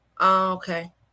Okay